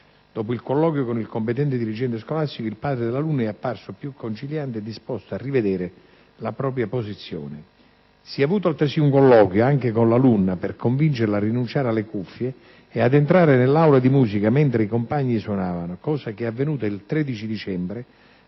Dopo il colloquio con il competente dirigente scolastico, il padre dell'alunna è apparso più conciliante e disposto a rivedere la propria posizione. Si è avuto, altresì, un colloquio anche con l'alunna per convincerla a rinunciare alle cuffie e ad entrare nell'aula di musica mentre i compagni suonavano, cosa che è avvenuta il 13 dicembre,